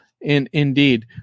Indeed